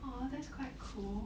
!wah! that's quite cool